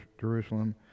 Jerusalem